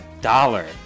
dollar